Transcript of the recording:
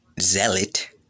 zealot